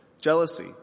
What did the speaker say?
jealousy